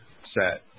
set